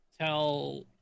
tell